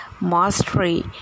mastery